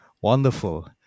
wonderful